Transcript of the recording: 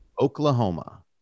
Oklahoma